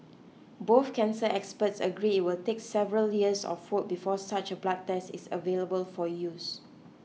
both cancer experts agree it will take several years of work before such a blood test is available for use